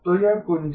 तो यह कुंजी है